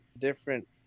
different